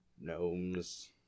Gnomes